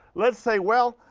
let's say, well,